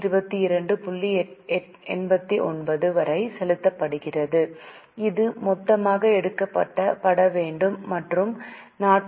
89 வரை செலுத்தப்படுகிறது இது மொத்தமாக எடுக்கப்பட வேண்டும் மற்றும் 49